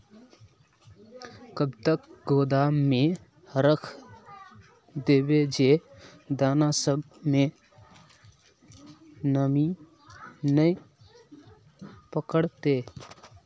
कब तक गोदाम में रख देबे जे दाना सब में नमी नय पकड़ते?